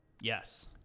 Yes